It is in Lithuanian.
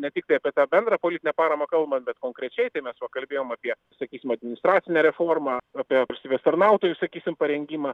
ne tik tai apie tą bendrą politinę paramą kalbame bet konkrečiai tai va mes kalbėjome apie sakysim administracinę reformą apie valstybės tarnautojų sakysim parengimą